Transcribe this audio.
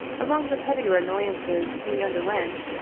among the pettier annoyances we underwent,